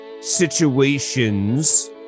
situations